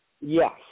Yes